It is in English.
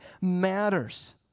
matters